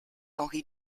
henri